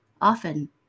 often